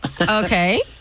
Okay